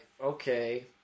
okay